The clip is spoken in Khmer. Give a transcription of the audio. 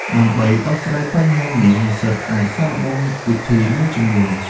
ដើម្បីដោះស្រាយបញ្ហានេះ និស្សិតអាចសាកល្បងវិធីមួយចំនួន។